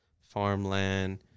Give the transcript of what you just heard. farmland